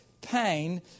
pain